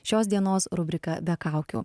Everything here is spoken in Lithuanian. šios dienos rubriką be kaukių